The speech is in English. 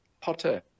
potter